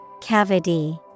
Cavity